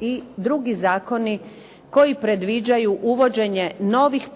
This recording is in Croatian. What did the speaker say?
i drugi zakoni koji predviđaju uvođenje novih